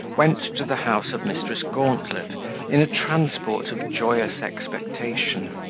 went to the house of mrs. gauntlet in a transport of joyous expectation.